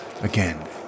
again